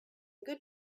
good